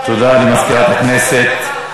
תודה למזכירת הכנסת.